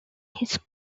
his